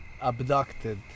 abducted